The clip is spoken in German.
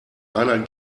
einer